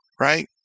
Right